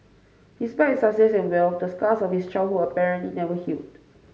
despite success and wealth the scars of his childhood apparently never healed